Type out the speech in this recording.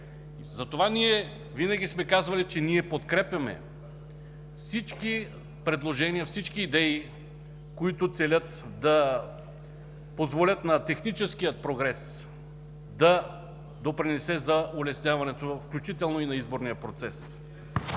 Затова ние винаги сме казвали, че подкрепяме всички предложения, всички идеи, които целят да позволят на техническия прогрес да допринесе за улесняването, включително и на изборния процес,